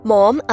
Mom